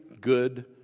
good